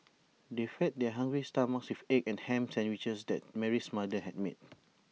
they fed their hungry stomachs with egg and Ham Sandwiches that Mary's mother had made